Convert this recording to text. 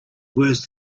worse